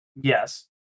yes